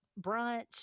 brunch